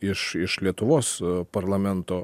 iš iš lietuvos parlamento